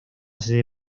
sede